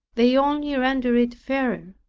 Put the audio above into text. they only rendered it fairer,